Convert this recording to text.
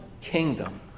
kingdom